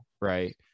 right